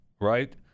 right